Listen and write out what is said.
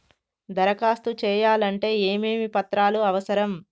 దరఖాస్తు చేయాలంటే ఏమేమి పత్రాలు అవసరం?